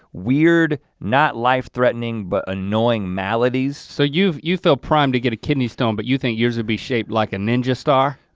weird, not life threatening, but annoying maladies. so you you feel primed to get a kidney stone, but you think yours will be shaped like a ninja star?